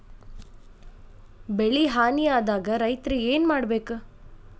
ಬೆಳಿ ಹಾನಿ ಆದಾಗ ರೈತ್ರ ಏನ್ ಮಾಡ್ಬೇಕ್?